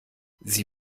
sie